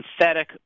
synthetic